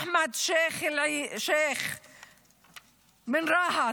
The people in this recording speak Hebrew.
אחמד שייח' מרהט,